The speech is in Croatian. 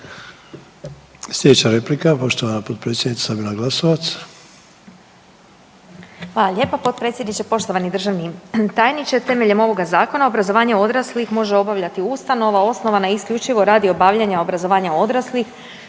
Sljedeća replika poštovana potpredsjednica Sabina Glasovac.